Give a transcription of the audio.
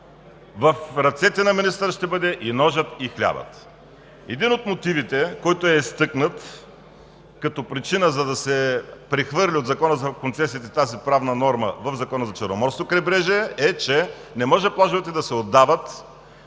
в ръцете на министъра ще бъдат и ножът, и хлябът. Един от мотивите, който е изтъкнат като причина, за да се прехвърли от Закона за концесиите тази правна норма в Закона за Черноморското крайбрежие, е, че не може плажовете да се отдават